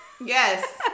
yes